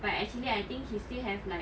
but actually I think he still have like